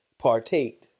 partake